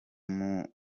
munya